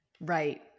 Right